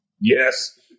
Yes